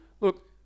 Look